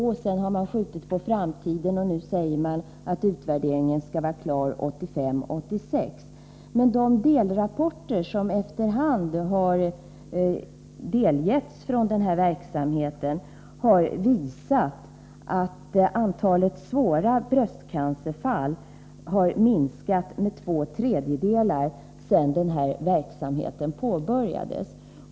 Sedan sköt man det på framtiden, och nu säger man att utvärderingen skall vara klar 1985-1986. De delrapporter som efter hand har framlagts om verksamheten har visat att antalet svåra bröstcancerfall har minskat med två tredjedelar sedan verksamheten påbörjades.